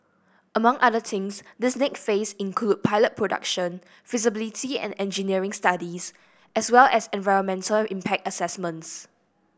among other things this next phase include pilot production feasibility and engineering studies as well as environmental impact assessments